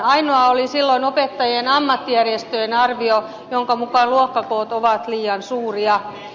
ainoa oli silloin opettajien ammattijärjestön arvio jonka mukaan luokkakoot ovat liian suuria